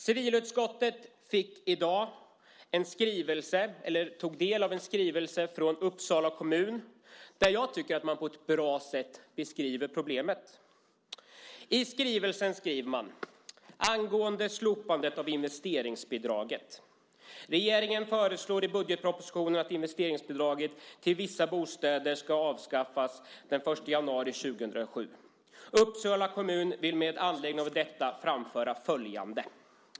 Civilutskottet tog i dag del av en skrivelse från Uppsala kommun där jag tycker att man på ett bra sätt beskriver problemet. I brevet skriver man: "Angående slopandet av investeringsbidraget. Regeringen föreslår i budgetpropositionen att investeringsbidraget till vissa bostäder ska avskaffas från den 1 januari 2007. Uppsala kommun vill med anledning av detta framföra följande.